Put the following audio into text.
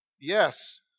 Yes